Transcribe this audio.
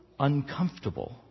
uncomfortable